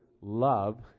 love